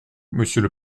monsieur